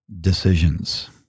Decisions